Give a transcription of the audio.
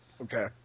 Okay